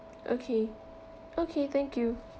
okay okay thank you